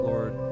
Lord